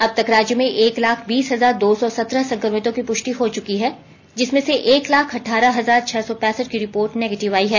अब तक राज्य में एक लाख बीस हजार दो सौ सत्रह संक्रमितों की पुष्टि हो चुकी है जिसमें से एक लाख अठारह हजार छह सौ पैंसठ की रिपोर्ट नेगेटिव आयी है